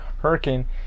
hurricane